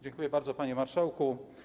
Dziękuję bardzo, panie marszałku.